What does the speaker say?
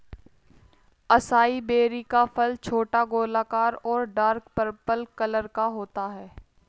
acai berry का फल छोटा, गोलाकार और डार्क पर्पल कलर का होता है